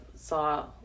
saw